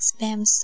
spams